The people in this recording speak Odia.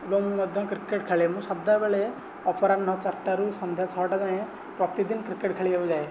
ଏବଂ ମୁଁ ମଧ୍ୟ କ୍ରିକେଟ୍ ଖେଳେ ମୁଁ ସଦାବେଳେ ଅପରାହ୍ନ ଚାରିଟାରୁ ସନ୍ଧ୍ୟା ଛଅଟା ଯାଏଁ ପ୍ରତିଦିନ କ୍ରିକେଟ୍ ଖେଳିବାକୁ ଯାଏ